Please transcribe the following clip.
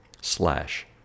slash